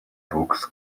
books